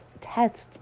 tests